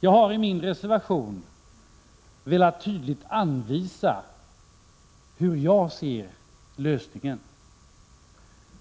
Jag har i min reservation velat tydligt anvisa hur jag ser lösningen,